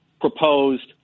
proposed